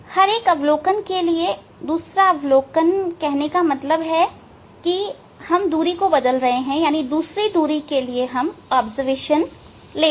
हर एक अवलोकन के लिए दूसरा अवलोकन कहने का मतलब है दूसरी दूरी के लिए अवलोकन लेना